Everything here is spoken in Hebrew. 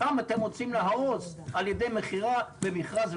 אותם אתם רוצים להרוס על ידי מכירה למכרז.